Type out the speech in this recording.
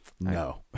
No